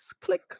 click